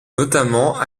notamment